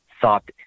thought